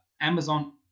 Amazon